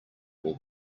will